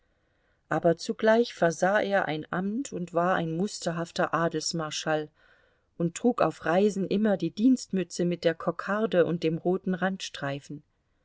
aber zugleich versah er ein amt und war ein musterhafter adelsmarschall und trug auf reisen immer die dienstmütze mit der kokarde und dem roten